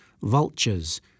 vultures